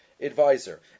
Advisor